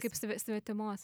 kaip sve svetimos